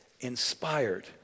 inspired